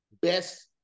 Best